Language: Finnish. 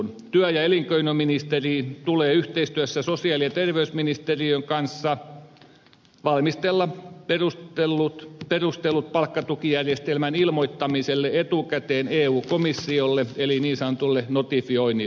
työ ja elinkeinoministerin tulee yhteistyössä sosiaali ja terveysministeriön kanssa valmistella perustelut palkkatukijärjestelmän ilmoittamiselle etukäteen eun komissiolle eli niin sanotulle notifioinnille